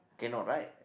cannot right